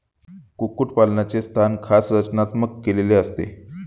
कुक्कुटपालनाचे स्थान खास रचनात्मक केलेले असते